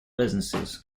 business